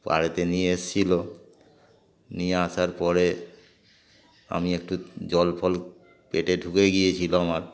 পাড়েতে নিয়ে এসছিলো নিয়ে আসার পরে আমি একটু জল ফল পেটে ঢুকে গিয়েছিল আমার